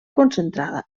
concentrada